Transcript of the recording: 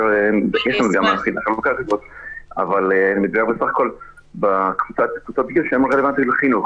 ממוקדות אבל מדובר בסך הכול בקבוצות גיל שרלוונטיות לחינוך.